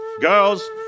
girls